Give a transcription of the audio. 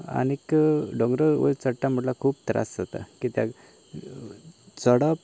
आनी दोंगरा वयर चडटा म्हणल्यार खूब त्रास जाता कित्याक चडप